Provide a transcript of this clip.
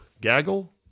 gaggle